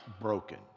broken